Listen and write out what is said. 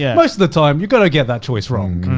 yeah most of the time, you're gonna get that choice wrong.